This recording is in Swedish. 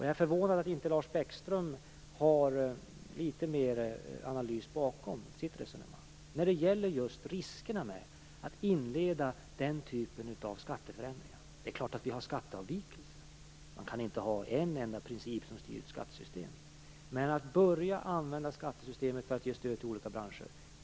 Jag är förvånad över att inte Lars Bäckström har litet mer analys bakom sitt resonemang när det gäller just riskerna med att inleda den här typen av skatteförändringar. Det är klart att vi har skatteavvikelser. Man kan inte ha en enda princip som styr ett skattesystem. Men många länder har börjat använda skattesystemet för att ge stöd till olika branscher.